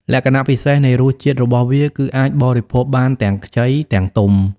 លក្ខណៈពិសេសនៃរសជាតិ របស់វា គឺអាចបរិភោគបានទាំងខ្ចី ទាំងទុំ។